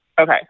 Okay